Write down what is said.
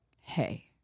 hey